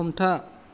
हमथा